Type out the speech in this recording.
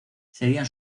serían